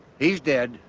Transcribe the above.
he's dead.